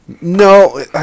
no